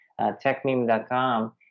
TechMeme.com